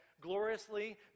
gloriously